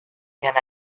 can